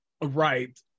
right